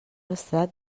estat